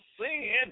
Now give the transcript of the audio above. sin